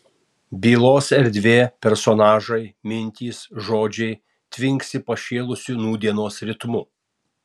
bylos erdvė personažai mintys žodžiai tvinksi pašėlusiu nūdienos ritmu